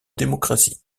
démocratie